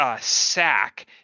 sack